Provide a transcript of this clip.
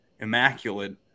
immaculate